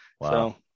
Wow